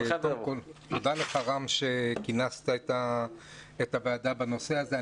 תודה לך רם שכינסת את הוועדה בנושא הזה.